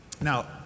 Now